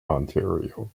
ontario